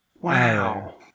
Wow